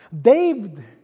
David